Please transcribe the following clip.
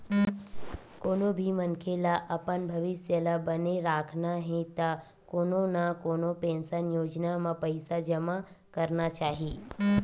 कोनो भी मनखे ल अपन भविस्य ल बने राखना हे त कोनो न कोनो पेंसन योजना म पइसा जमा करना चाही